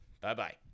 Bye-bye